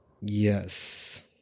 Yes